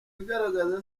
igaragaza